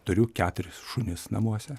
turiu keturis šunis namuose